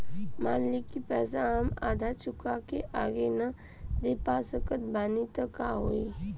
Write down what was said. मान ली पईसा हम आधा चुका के आगे न दे पा सकत बानी त का होई?